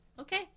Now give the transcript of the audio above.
okay